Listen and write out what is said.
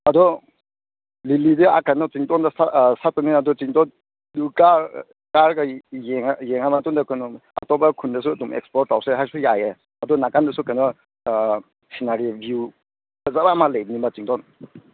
ꯑꯗꯣ ꯂꯤꯂꯤꯁꯦ ꯑꯥ ꯀꯩꯅꯣ ꯆꯤꯡꯗꯣꯟꯗ ꯁꯥꯠꯄꯅꯦ ꯑꯗꯣ ꯆꯤꯡꯗꯣꯟꯗꯨ ꯀꯥꯔꯒ ꯌꯦꯡꯉ ꯃꯇꯨꯡꯗ ꯀꯩꯅꯣ ꯑꯇꯣꯞꯄ ꯈꯨꯟꯗꯁꯨ ꯑꯗꯨꯝ ꯑꯦꯁꯄ꯭ꯂꯣꯔ ꯇꯧꯁꯦ ꯍꯥꯏꯔꯁꯨ ꯌꯥꯏꯌꯦ ꯑꯗꯨ ꯅꯥꯀꯟꯗꯁꯨ ꯀꯩꯅꯣ ꯁꯤꯅꯔꯤ ꯚꯤꯎ ꯐꯖꯕ ꯑꯃ ꯂꯩꯕꯅꯤꯕ ꯆꯤꯉꯗꯣꯟ